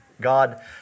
God